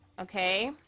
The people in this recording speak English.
okay